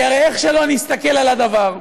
כי הרי איך שלא נסתכל על הדבר,